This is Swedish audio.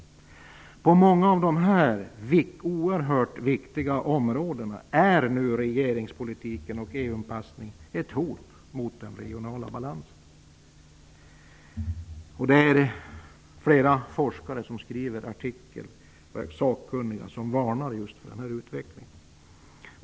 På många av de här oerhört viktiga områdena är nu regeringspolitiken och EU-anpassning ett hot mot den regionala balansen. Flera forskare och sakkunniga varnar i artiklar för den här utvecklingen.